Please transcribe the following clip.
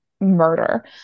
murder